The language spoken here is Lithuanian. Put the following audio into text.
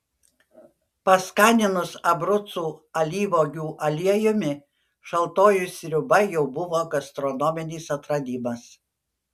paskaninus abrucų alyvuogių aliejumi šaltoji sriuba jau buvo gastronominis atradimas